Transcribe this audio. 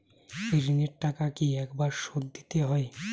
ঋণের টাকা কি একবার শোধ দিতে হবে?